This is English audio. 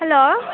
hello